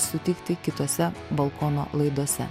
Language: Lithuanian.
sutikti kitose balkono laidose